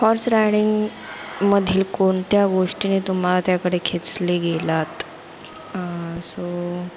horse रायडिंगमधील कोणत्या गोष्टीने तुम्हाला त्याकडे खेचले गेलात सो